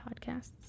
podcasts